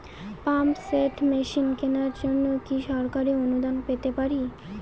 Pump set machine কেনার জন্য কি সরকারি অনুদান পেতে পারি?